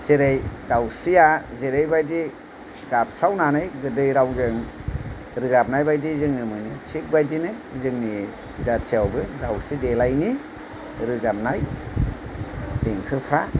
जेरै दावस्रिया जेरैबायदि गाबस्रावनानै गोदै रावजों रोजाबनाय बायदि जोङो मोनो थिक बेबादि जोंनि जाथियावबो दावस्रि देलायनि रोजाबनाय देंखोफ्रा